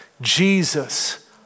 Jesus